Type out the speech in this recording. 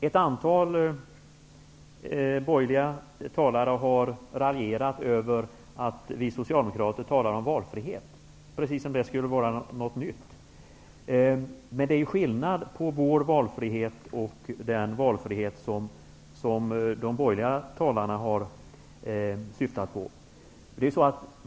Ett antal borgerliga talare har raljerat över att vi socialdemokrater talar om valfrihet, precis som om det skulle vara något nytt. Men det är skillnad på vår valfrihet och den valfrihet som de borgerliga talarna syftar på.